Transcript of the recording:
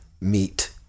meet